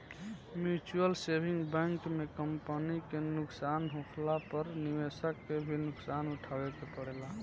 mutual saving bank में company के नुकसान होखला पर निवेशक के भी नुकसान उठावे के पड़ेला